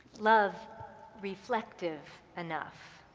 love reflective enough